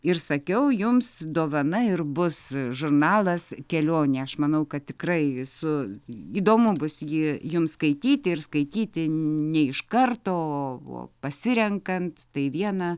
ir sakiau jums dovana ir bus žurnalas kelionė aš manau kad tikrai visur įdomu bus jį jums skaityti ir skaityti ne iš karto o pasirenkant vieną